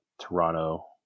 Toronto